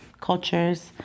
cultures